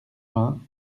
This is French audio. vingts